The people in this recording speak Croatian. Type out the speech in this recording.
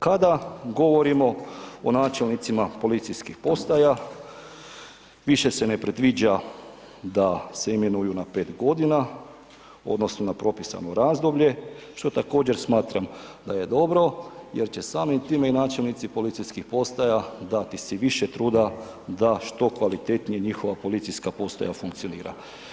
Kada govorimo o načelnicima policijskih postaja, više se ne predviđa da se imenuju na 5.g. odnosno na propisano razdoblje, što također smatram da je dobro jer će samim time i načelnici policijskih postaja dati si više truda da što kvalitetnije njihova policijska postaja funkcionira.